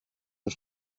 per